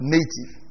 Native